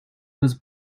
was